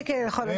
נכון,